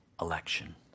election